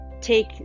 take